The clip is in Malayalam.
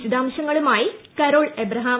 വിശദാംശങ്ങളുമായി കരോൾ എബ്രഹാം